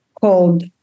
called